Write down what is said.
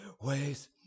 ways